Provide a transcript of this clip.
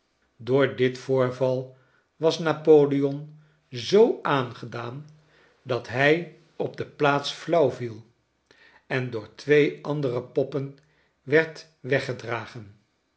door dit voorval was napoleon zoo aangedaan dat hij op de plaats flauw viel en door twee andere poppen werd weggedragen